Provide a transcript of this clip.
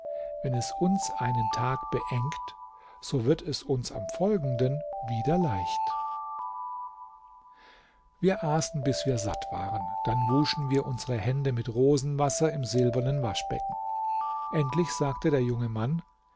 wenn es uns einen tag beengt so wird es uns am folgenden wieder leicht wir aßen bis wir satt waren dann wuschen wir unsere hände mit rosenwasser im silbernen waschbecken endlich sagte der junge mann